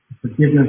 forgiveness